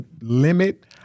Limit